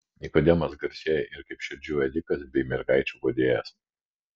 nikodemas garsėja ir kaip širdžių ėdikas bei mergaičių guodėjas